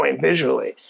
visually